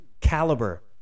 caliber